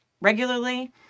regularly